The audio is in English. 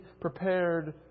prepared